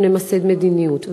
ונמסד מדיניות,